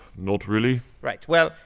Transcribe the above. not really right. well,